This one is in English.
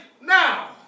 now